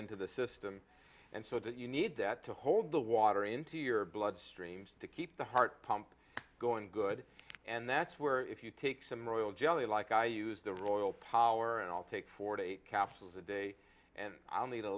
ident of the system and so that you need that to hold the water into your bloodstream to keep the heart pumping going good and that's where if you take some royal jelly like i use the royal power and i'll take forty capsules a day and i'll need a